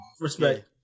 Respect